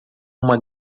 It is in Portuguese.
uma